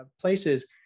places